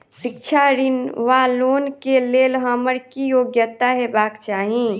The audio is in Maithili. शिक्षा ऋण वा लोन केँ लेल हम्मर की योग्यता हेबाक चाहि?